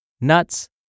nuts